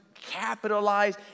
capitalize